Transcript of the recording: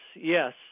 yes